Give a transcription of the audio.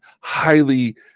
highly